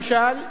למשל,